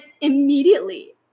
immediately